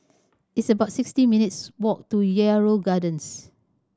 it's about sixty minutes' walk to Yarrow Gardens